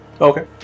Okay